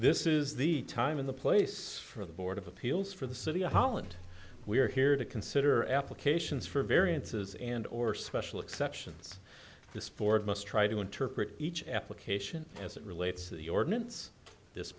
this is the time in the place for the board of appeals for the city of holland we are here to consider applications for variances and or special exceptions this board must try to interpret each application as it relates to the ordinance this